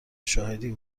شاهدی